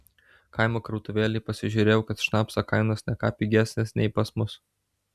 kaimo krautuvėlėj pasižiūrėjau kad šnapso kainos ne ką pigesnės nei pas mus